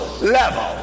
level